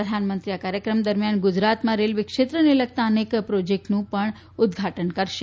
પ્રધાનમંત્રી આ કાર્યક્રમ દરમિયાન ગુજરાતમાં રેલવે ક્ષેત્રને લગતા અનેક પ્રોજેક્ટોનું પણ ઉદઘાટન કરશે